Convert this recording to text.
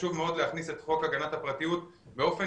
חשוב מאוד להכניס את חוק הגנת הפרטיות באופן